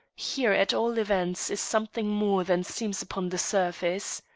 here at all events is something more than seems upon the surface.